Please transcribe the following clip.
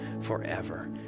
Forever